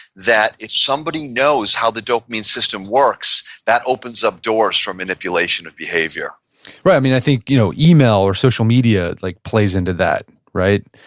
that if somebody knows how the dopamine system works, that opens up doors for manipulation of behavior right. i mean, i think you know email or social media like plays into that, right?